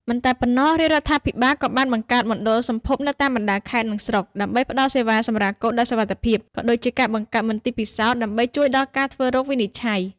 មិនតែប៉ុណ្ណោះ រាជរដ្ឋាភិបាលក៏បានបង្កើតមណ្ឌលសម្ភពនៅតាមបណ្ដាខេត្ត និងស្រុក ដើម្បីផ្ដល់សេវាសម្រាលកូនដោយសុវត្ថិភាព ក៏ដូចជាការបង្កើតមន្ទីរពិសោធន៍ដើម្បីជួយដល់ការធ្វើរោគវិនិច្ឆ័យ។